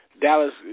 Dallas